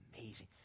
amazing